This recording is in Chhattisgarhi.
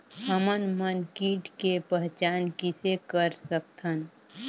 हमन मन कीट के पहचान किसे कर सकथन?